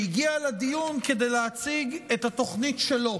שהגיע לדיון כדי להציג את התוכנית שלו,